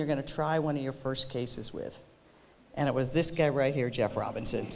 you're going to try one of your first cases with and it was this guy right here jeff robins